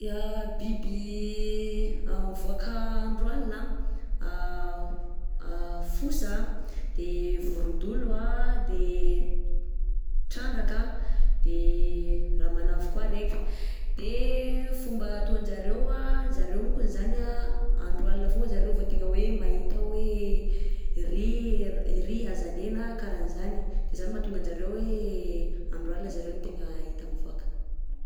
Ya, biby mivoaka andro alina anh fosa a, de vorondolo a, de trandraka, de ramanavy koa araiky. _x000D_ De fomba ataon-jareo a, zareo monkony izany anh andro alina foagna zareo vao tegna mahita hoe iry iry hazanena karahan'zany de zany mahatonga an-jareo hoe andro alina zareo no tegna hita mivoaka.